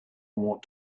want